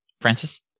Francis